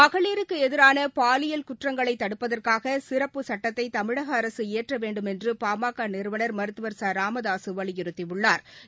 மகளிருக்கு எதிரான பாலியல் குற்றங்களை தடுப்பதற்காக சிறப்பு சட்டத்தை தமிழக அரசு இயற்ற வேண்டுமென்று பாமக நிறுவன் மருத்துவர் ச ராமதாசு வலியுறுத்தியுள்ளாா்